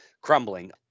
crumbling